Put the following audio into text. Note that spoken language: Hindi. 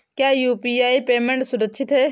क्या यू.पी.आई पेमेंट सुरक्षित है?